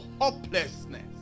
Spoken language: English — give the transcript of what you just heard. hopelessness